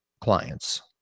clients